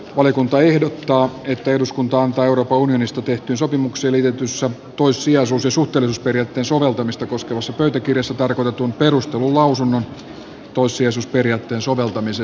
valiokunta ehdottaa että eduskunta antaa euroopan unionista tehtyyn sopimukseen liitetyssä toissijaisuus ja suhteellisuusperiaatteen soveltamista koskevassa pöytäkirjassa tarkoitetun perustellun lausunnon toissijaisuusperiaatteen soveltamisesta